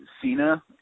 Cena